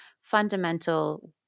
fundamental